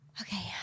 Okay